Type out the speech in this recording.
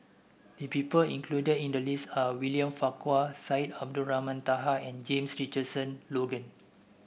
the people included in the list are William Farquhar Syed Abdulrahman Taha and James Richardson Logan